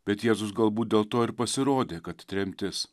bet jėzus galbūt dėl to ir pasirodė kad tremtis